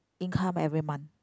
income every month